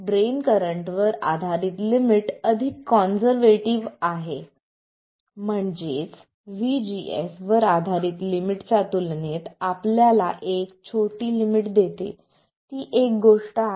drain current वर आधारित limit अधिक काँझर्व्हेटिव्ह आहे म्हणजे V GS वर आधारित लिमिटच्या तुलनेत आपल्याला एक छोटी लिमिट देते ती एक गोष्ट आहे